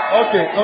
okay